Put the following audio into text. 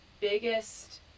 biggest